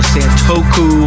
Santoku